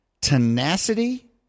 tenacity